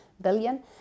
billion